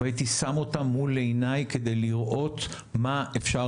והייתי שם אותם מול עיניי כדי לראות מה אפשר